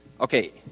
Okay